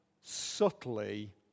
subtly